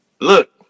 Look